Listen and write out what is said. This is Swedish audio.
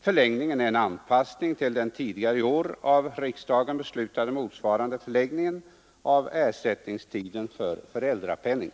Förlängningen är en anpassning till den tidigare i år av riksdagen beslutade motsvarande förlängningen av ersättningstiden för föräldrapenning.